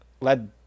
led